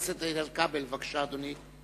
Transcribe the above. חבל הכנסת איתן כבל, בבקשה, אדוני.